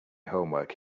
homework